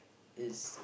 it's